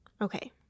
Okay